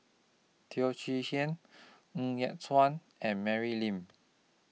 Teo Chee Hean Ng Yat Chuan and Mary Lim